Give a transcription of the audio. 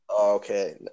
Okay